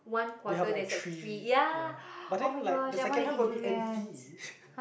they have like three ya but then like the second half will be empty